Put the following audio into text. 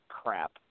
crap